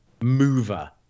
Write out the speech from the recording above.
mover